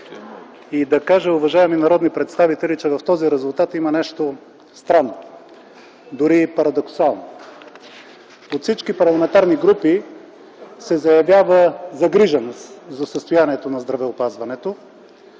и да кажа, уважаеми народни представители, че в този резултат има нещо странно, дори и парадоксално. От всички парламентарни групи се заявява загриженост за състоянието на здравеопазването.